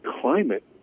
climate